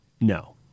No